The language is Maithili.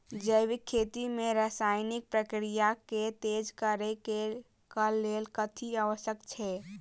जैविक खेती मे रासायनिक प्रक्रिया केँ तेज करै केँ कऽ लेल कथी आवश्यक छै?